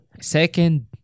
second